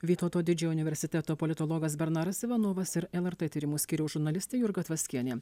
vytauto didžiojo universiteto politologas bernaras ivanovas ir lrt tyrimų skyriaus žurnalistė jurga tvaskienė